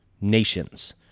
nations